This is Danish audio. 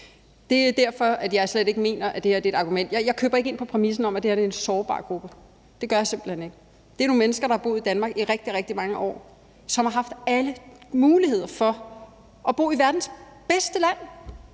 Det er derfor, jeg slet ikke mener, at det her er et argument. Jeg køber ikke ind på præmissen om, at det her er en sårbar gruppe. Det gør jeg simpelt hen ikke. Det er nogle mennesker, der har boet i Danmark i rigtig, rigtig mange år, og som har haft alle muligheder for at bo i verdens bedste land.